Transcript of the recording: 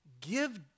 Give